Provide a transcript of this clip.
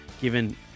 given